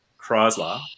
Chrysler